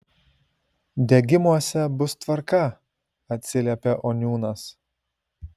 degimuose bus tvarka atsiliepia oniūnas